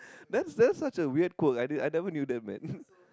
that's that's such a weird quirk I I never knew that man